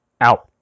Out